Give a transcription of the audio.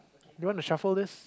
you wanna shuffle this